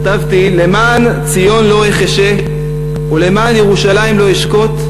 כתבתי: "למען ציון לא אחשה ולמען ירושלים לא אשקוט,